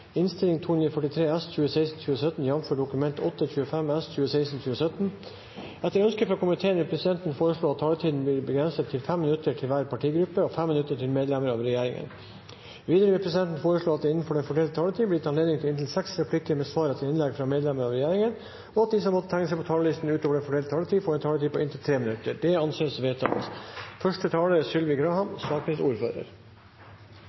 minutter til medlemmer av regjeringen. Videre vil presidenten foreslå at det – innenfor den fordelte taletid – blir gitt anledning til inntil seks replikker med svar etter innlegg fra medlemmer av regjeringen, og at de som måtte tegne seg på talerlisten utover den fordelte taletid, får en taletid på inntil 3 minutter. – Det anses vedtatt. Jeg vil starte med å takke for samarbeidet i komiteen om saken og si at Kristelig Folkeparti her har fremmet flere gode forslag til oss. Det er